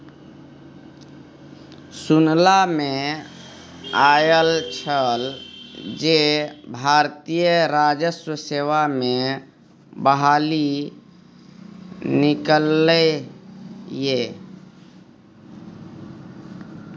सुनला मे आयल छल जे भारतीय राजस्व सेवा मे बहाली निकललै ये